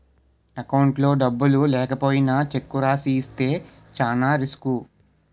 అకౌంట్లో డబ్బులు లేకపోయినా చెక్కు రాసి ఇస్తే చానా రిసుకు